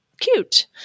cute